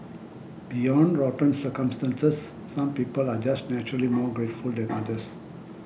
beyond rotten circumstances some people are just naturally more grateful than others